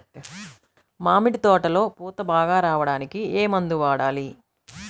మామిడి తోటలో పూత బాగా రావడానికి ఏ మందు వాడాలి?